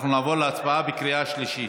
אנחנו נעבור להצבעה בקריאה שלישית.